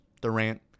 Durant